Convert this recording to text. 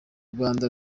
rwanda